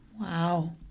Wow